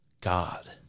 God